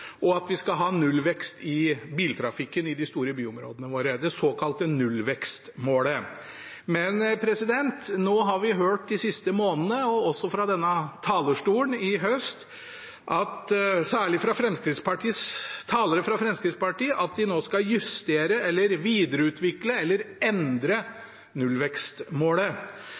og at vi skal ha nullvekst i biltrafikken i de store byområdene våre – det såkalte nullvekstmålet. Men nå har vi hørt de siste månedene, og også fra denne talerstolen i høst, særlig fra talere fra Fremskrittspartiet, at de nå skal justere eller videreutvikle eller endre nullvekstmålet.